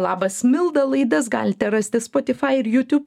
labas milda laidas galite rasti spotify ir youtube